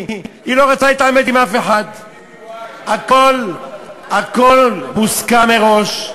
היא לא רוצה להתעמת עם אף אחד, הכול מוסכם מראש,